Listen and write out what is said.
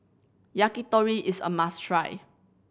yakitori is a must try